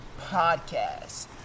Podcast